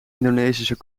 indonesische